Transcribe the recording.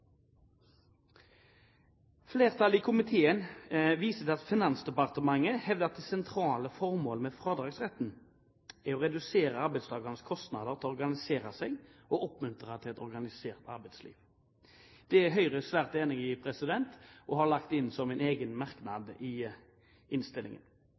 Flertallet i komiteen viser til at Finansdepartementet hevder at det sentrale formålet med fradragsretten er å redusere arbeidstakernes kostnader med å organisere seg og å oppmuntre til et organisert arbeidsliv. Det er Høyre svært enig i og har lagt det inn som en egen merknad i innstillingen.